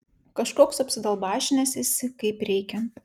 kažkoks apsidalbašinęs esi kaip reikiant